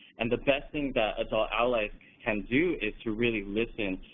and the best thing that adult allies can do is to really listen,